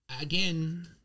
again